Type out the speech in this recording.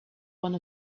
one